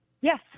Yes